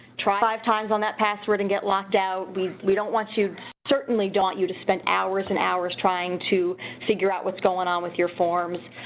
try five times on that password and get locked out. we we don't want you certainly don't you to spend hours and hours trying to figure out what's going on with your forms.